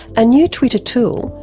a new twitter tool,